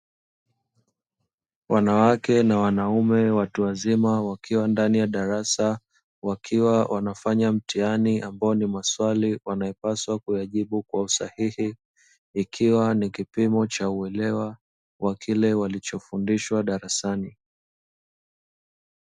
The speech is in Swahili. Wanawake na wanaume watu wazima wakiwa ndani ya darasa, wakiwa wanafanya mtihani ambao ni maswali wanayopaswa kuyajibu kwa usahihi. Ikiwa ni kipimo cha uelewa wa kile walichofundishwa darasani.